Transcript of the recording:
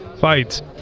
fights